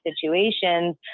situations